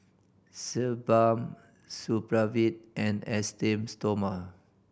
Sebamed Supravit and Esteem Stoma